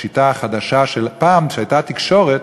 השיטה החדשה של, פעם, כשהייתה תקשורת,